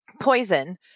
poison